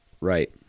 Right